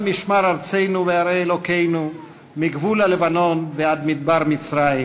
משמר ארצנו וערי אלוקינו מגבול הלבנון ועד מדבר מצרים